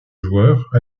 joueur